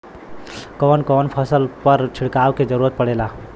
कवन कवन फसल पर छिड़काव के जरूरत पड़ेला?